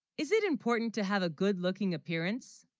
is it important to have a good looking appearance